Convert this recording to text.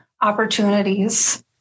opportunities